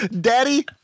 Daddy